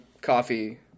coffee